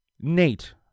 nate